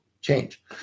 change